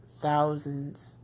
thousands